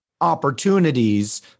opportunities